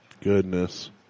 Goodness